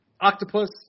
octopus